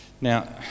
Now